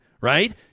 right